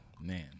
Man